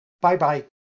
Bye-bye